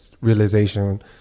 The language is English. realization